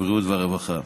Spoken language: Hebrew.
הבריאות והרווחה.